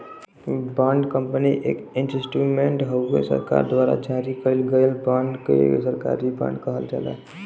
bond company एक instrument हउवे सरकार द्वारा जारी कइल गयल बांड के सरकारी बॉन्ड कहल जाला